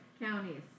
counties